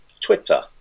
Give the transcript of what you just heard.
Twitter